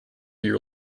year